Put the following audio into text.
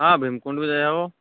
ହଁ ଭୀମକୁଣ୍ଡ୍ ବି ଯାଇହେବ